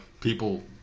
people